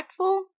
impactful